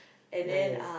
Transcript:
ya ya